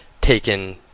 taken